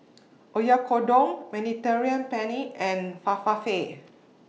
Oyakodon Mediterranean Penne and Falafel